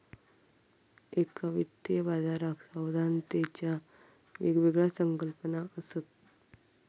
एका वित्तीय बाजाराक सावधानतेच्या वेगवेगळ्या संकल्पना असत